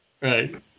Right